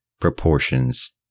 proportions